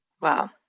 Wow